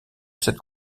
cette